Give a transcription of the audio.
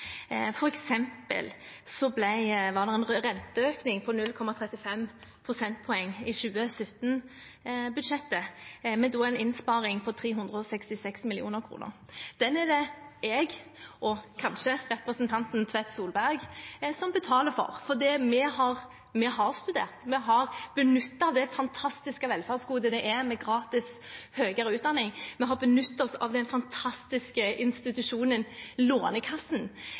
var det en renteøkning på 0,35 prosentpoeng i 2017-budsjettet, med en innsparing på 366 mill. kr. Den er det jeg og kanskje representanten Tvedt Solberg som betaler for, fordi vi har studert. Vi har benyttet det fantastiske velferdsgodet det er med gratis høyere utdanning, vi har benyttet oss av den fantastiske institusjonen Lånekassen,